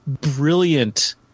brilliant